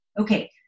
Okay